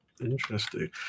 Interesting